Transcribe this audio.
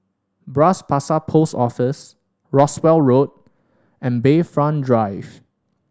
Bras Basah Post Office Rowell Road and Bayfront Drive